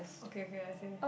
okay okay I say